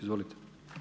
Izvolite.